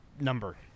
number